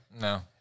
No